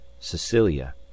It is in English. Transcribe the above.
cecilia